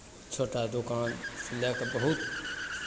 छोटा दोकानसँ लए कऽ बहुत